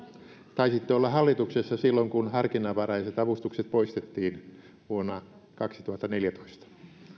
taisitte olla hallituksessa silloin kun harkinnanvaraiset avustukset poistettiin vuonna kaksituhattaneljätoista